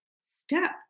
step